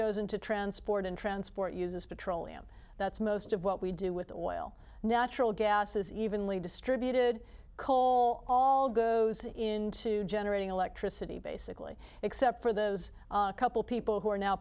goes in to try sportin transport uses petroleum that's most of what we do with oil natural gas is evenly distributed coal all goes into generating electricity basically except for those couple people who are now